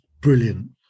brilliant